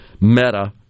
Meta